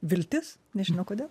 viltis nežinau kodėl